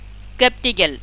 skeptical